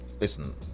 listen